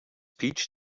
peach